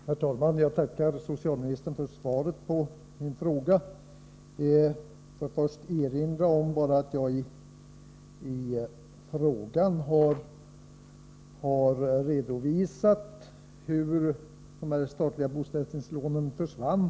Herr talman! Jag tackar socialministern för svaret på min fråga. Låt mig först erinra om att jag i frågan har redovisat hur de statliga bosättningslånen försvann.